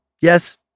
Yes